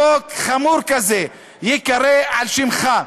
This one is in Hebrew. חוק חמור כזה, ייקרא על שמך.